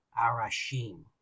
Arashim